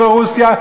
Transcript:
וברוסיה,